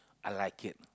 I like it